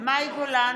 מאי גולן,